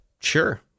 sure